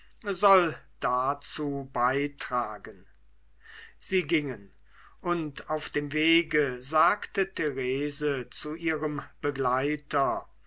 soll dazu beitragen sie gingen und auf dem wege sagte therese zu ihrem begleiter